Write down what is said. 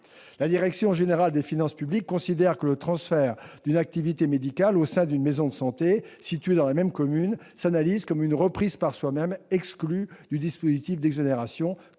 La direction générale des finances publiques considère que le transfert d'une activité médicale au sein d'une maison de santé située dans la même commune s'analyse comme une reprise par soi-même, exclue du dispositif d'exonération, car le